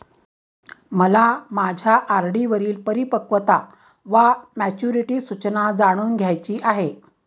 मला माझ्या आर.डी वरील परिपक्वता वा मॅच्युरिटी सूचना जाणून घ्यायची आहे